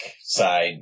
side